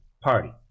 party